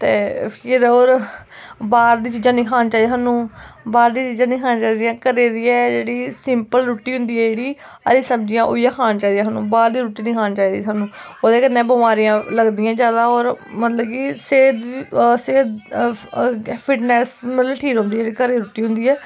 ते फिर होर बाह्र दी चीजां नी खानियां चाहिदियां सानू बाह्र दी चीजां नी खानी चाहिदियां घरै दा चीजां गै सिंपल रुट्टी होंदी ऐ जेह्ड़ी हरी सब्जियां खानी बाह्र दी चीजां नी खानी चाहिदियां सानू ओह्दे कन्नै बमारियां लगदियां ज्यादा होर सेह्त बी सेह्त फिटनैस मतलब ठीक रौंह्दी ऐ जेह्ड़ी घरै दी रुट्टी होंदी ऐ